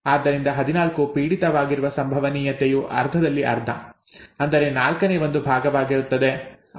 ಆದ್ದರಿಂದ 14 ಪೀಡಿತವಾಗಿರುವ ಸಂಭವನೀಯತೆಯು ಅರ್ಧದಲ್ಲಿ ಅರ್ಧ ಅಂದರೆ ನಾಲ್ಕನೇ ಒಂದು ಭಾಗವಾಗಿರುತ್ತದೆ